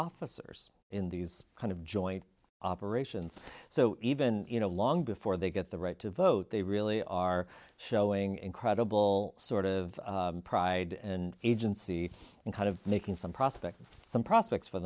officers in these kind of joint operations so even you know long before they get the right to vote they really are showing incredible sort of pride and agency and kind of making some prospects some prospects for